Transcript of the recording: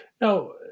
No